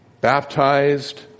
baptized